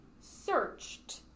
searched